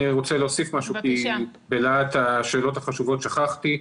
אני רוצה להוסיף משהו כי בלהט השאלות החשובות שכחתי.